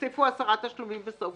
תוסיפו 10 תשלומים בסוף,